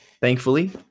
thankfully